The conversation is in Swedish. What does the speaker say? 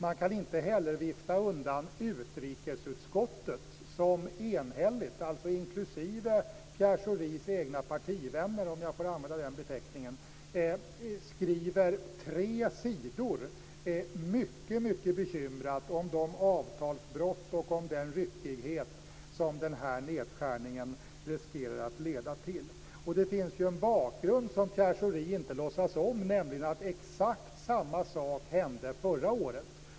Man kan inte heller vifta undan utrikesutskottet, som enhälligt - alltså inklusive Pierre Schoris egna partivänner, om jag får använda den beteckningen - skriver tre sidor om de avtalsbrott och om den ryckighet som denna nedskärning riskerar att leda till och är mycket bekymrat. Det finns en bakgrund som Pierre Schori inte låtsas om, nämligen att exakt samma sak hände förra året.